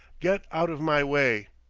get out of my way.